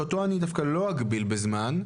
שאותו אני דווקא לא אגביל בזמן,